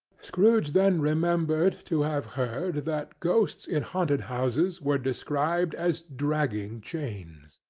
scrooge then remembered to have heard that ghosts in haunted houses were described as dragging chains.